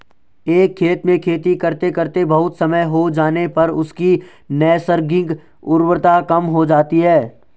एक खेत में खेती करते करते बहुत समय हो जाने पर उसकी नैसर्गिक उर्वरता कम हो जाती है